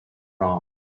wrong